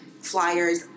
flyers